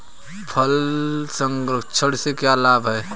फल संरक्षण से क्या लाभ है?